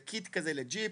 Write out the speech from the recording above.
זה קיט כזה לג'יפ.